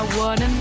one